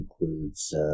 includes